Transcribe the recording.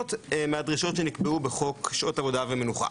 מהדרישות שנקבעו בחוק שעות עבודה ומנוחה.